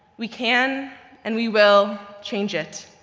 we can and we will change it.